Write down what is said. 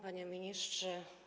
Panie Ministrze!